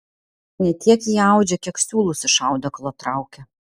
ne tiek ji audžia kiek siūlus iš audeklo traukia